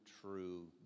true